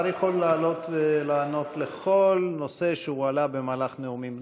השר יכול לענות בכל נושא שהועלה במהלך נאומים,